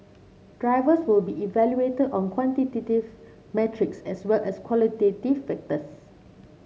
drivers will be evaluated on quantitative metrics as well as qualitative factors